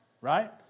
right